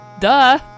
Duh